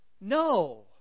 No